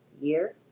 year